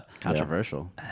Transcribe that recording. Controversial